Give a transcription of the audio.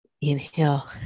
Inhale